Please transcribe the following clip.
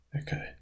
okay